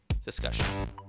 discussion